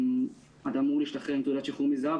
אתה אמור להשתחרר עם תעודת שחרור מזהב,